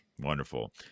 Wonderful